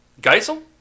Geisel